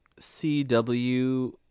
CW